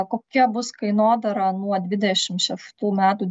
kokia bus kainodara nuo dvidešim šeštų metų